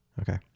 Okay